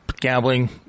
gambling